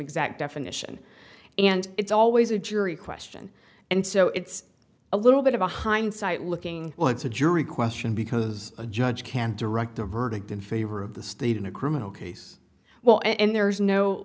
exact definition and it's always a jury question and so it's a little bit of a hindsight looking well it's a jury question because a judge can direct a verdict in favor of the state in a criminal case well and there is no